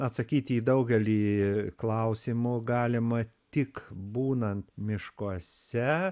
atsakyti į daugelį klausimų galima tik būnant miškuose